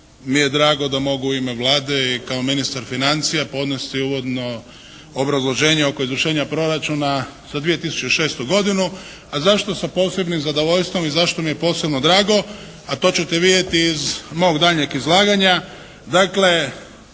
mi je drago da mogu u ime Vlade i kao ministar financija podnesti uvodno obrazloženje oko izvršenje proračuna za 2006. godinu. A zašto sa posebnim zadovoljstvom i zašto mi je posebno drago? A to ćete vidjeti iz mog daljnjeg izlaganja.